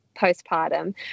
postpartum